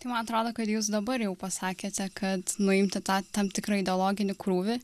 tai man atrodo kad jūs dabar jau pasakėte kad nuimti tą tam tikrą ideologinį krūvį